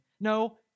No